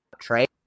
trade